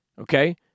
okay